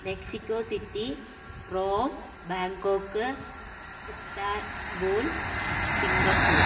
Mexico city Rome Bangkok Istanbul Singapore